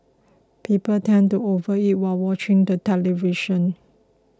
people tend to overeat while watching the television